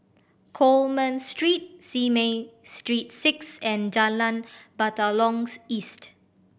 Coleman Street Simei Street Six and Jalan Batalong's East